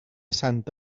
santa